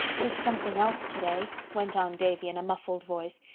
did something else today, went on davy in a muffled voice.